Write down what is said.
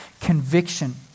conviction